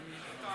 איתן,